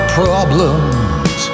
problems